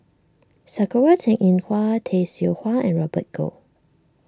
Sakura Teng Ying Hua Tay Seow Huah and Robert Goh